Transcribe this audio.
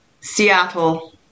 Seattle